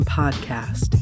podcast